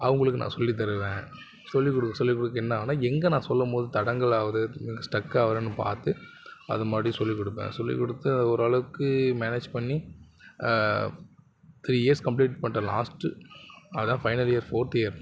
அவங்களுக்கு நான் சொல்லித்தருவேன் சொல்லிக்கொடுக்க சொல்லிக்கொடுக்க என்ன ஆகுனா எங்கே நான் சொல்லும் போது தடங்கலாவுது எங்கே ஸ்டெக் ஆகுறன்னு பார்த்து அதை மறுபடியும் சொல்லிக்கொடுப்பேன் சொல்லிக்கொடுத்து ஓரளவுக்கு மேனேஜ் பண்ணி த்ரீ இயர்ஸ் கம்ப்ளீட் பண்ணிவிட்டேன் லாஸ்ட்டு அதுதான் ஃபைனல் இயர் ஃபோர்த் இயர்